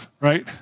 right